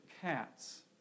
cats